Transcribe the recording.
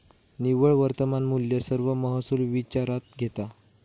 निव्वळ वर्तमान मुल्य सर्व महसुल विचारात घेता